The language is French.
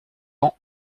ans